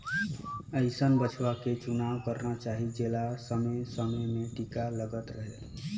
अइसन बछवा के चुनाव करना चाही जेला समे समे में टीका लगल रहें